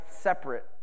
separate